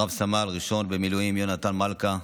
רב-סמל ראשון במיל' יהונתן מלכה,